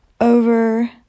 over